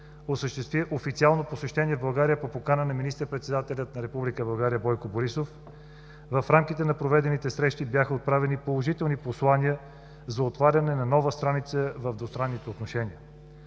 осъществи официално посещение в България по покана на министър-председателя на Република Бойко Борисов. В рамките на проведените срещи бяха отправени положителни послания за отваряне на нова страница в двустранните отношения.